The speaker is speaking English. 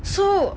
so